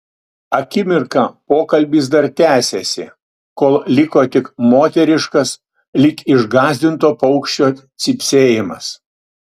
akimirką pokalbis dar tęsėsi kol liko tik moteriškas lyg išgąsdinto paukščio cypsėjimas